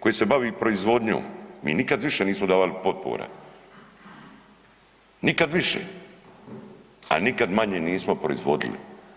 koji se bavi proizvodnjom, mi nikad više nismo davali potpore, nikad više, a nikad manje nismo proizvodili.